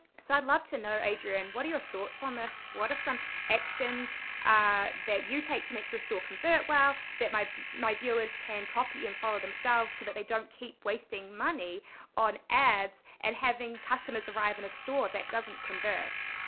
so i'd love to know, adrian, what are your thoughts on this? what are some actions that you take to make your store convert well that my my viewers can copy and follow themselves so that they don't keep wasting money on ads and having customers arrive in a store that doesn't convert?